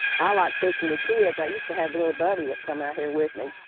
ah like fishing with kids. i used to have a little buddy that came out here with me.